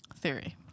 Theory